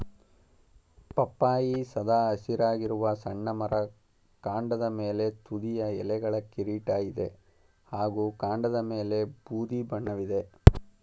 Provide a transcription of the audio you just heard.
ಪಪ್ಪಾಯಿ ಸದಾ ಹಸಿರಾಗಿರುವ ಸಣ್ಣ ಮರ ಕಾಂಡದ ಮೇಲೆ ತುದಿಯ ಎಲೆಗಳ ಕಿರೀಟ ಇದೆ ಹಾಗೂ ಕಾಂಡದಮೇಲೆ ಬೂದಿ ಬಣ್ಣವಿದೆ